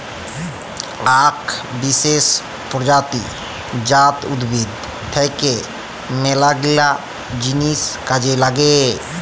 আক বিসেস প্রজাতি জাট উদ্ভিদ থাক্যে মেলাগিলা জিনিস কাজে লাগে